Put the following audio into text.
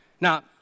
Now